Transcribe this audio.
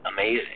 amazing